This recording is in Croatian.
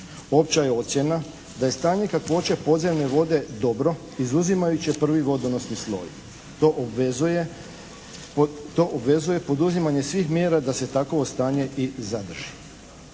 Opća je ocjena da je stanje kakvoće podzemne vode dobro izuzimajući prvi vodonosni sloj. To obvezuje poduzimanje svih mjera da se takovo stanje i zadrži.